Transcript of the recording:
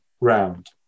round